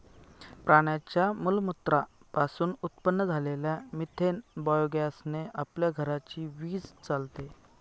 प्राण्यांच्या मलमूत्रा पासून उत्पन्न झालेल्या मिथेन बायोगॅस ने आपल्या घराची वीज चालते